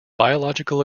biological